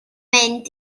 mynd